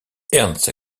ernst